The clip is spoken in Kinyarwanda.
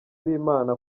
b’imana